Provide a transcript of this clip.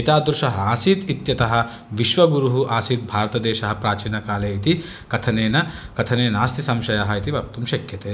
एतादृशः आसीत् इत्यतः विश्वगुरुः आसीत् भारतदेशः प्राचीनकाले इति कथनेन कथने नास्ति संशय इति वक्तुं शक्यते